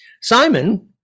Simon